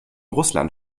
russland